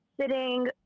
sitting